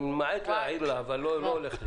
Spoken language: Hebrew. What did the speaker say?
אני ממעט להעיר לה, אבל לא הולך לי.